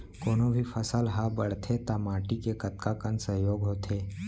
कोनो भी फसल हा बड़थे ता माटी के कतका कन सहयोग होथे?